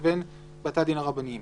לבין בתי הדין הרבניים.